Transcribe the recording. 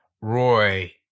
Roy